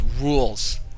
rules